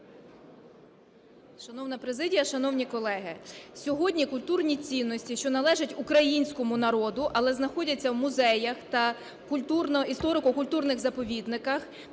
Шановна президія! Шановні колеги! Сьогодні культурні цінності, що належать українському народу, але знаходяться в музеях та історико-культурних заповідниках